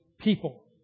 people